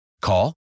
Call